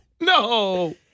No